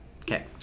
Okay